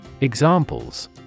Examples